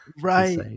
Right